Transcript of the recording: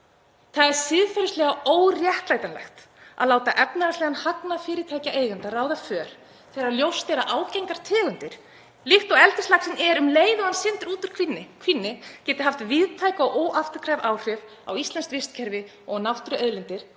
Það er siðferðislega óréttlætanlegt að láta efnahagslegan hagnað fyrirtækjaeigenda ráða för þegar ljóst er að ágengar tegundir, líkt og eldislaxinn er um leið og hann syndir út úr kvínni, geta haft víðtæk og óafturkræf áhrif á íslenskt vistkerfi og náttúruauðlindir